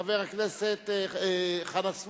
חבר הכנסת חנא סוייד,